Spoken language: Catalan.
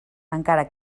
encara